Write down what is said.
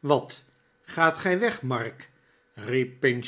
wat gaat gij weg mark riep